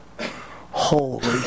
holy